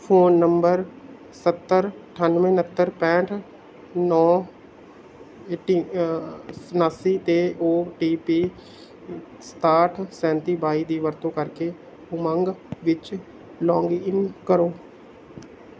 phone number ਸੱਤਰ ਅਠਾਨਵੇਂ ਉਣਹੱਤਰ ਪੈਂਹਠ ਨੌ ਏਟੀ ਉਨਾਸੀ 'ਤੇ ਓ ਟੀ ਪੀ ਸਤਾਹਠ ਸੈਂਤੀ ਬਾਈ ਦੀ ਵਰਤੋਂ ਕਰਕੇ ਉਮੰਗ ਵਿੱਚ ਲੌਗਇਨ ਕਰੋ